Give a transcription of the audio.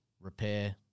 repair